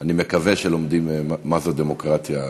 ואני מקווה שלומדים מה זו דמוקרטיה.